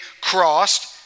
crossed